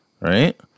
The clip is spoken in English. Right